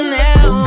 now